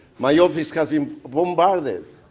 my office has been bombarded with